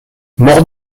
mort